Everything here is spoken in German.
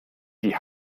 die